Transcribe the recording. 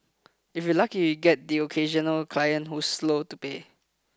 if you're lucky you'll get the occasional client who's slow to pay